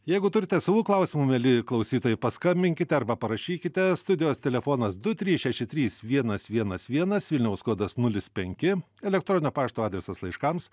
jeigu turite savų klausimų mieli klausytojai paskambinkite arba parašykite studijos telefonas du trys šeši trys vienas vienas vienas vilniaus kodas nulis penki elektroninio pašto adresas laiškams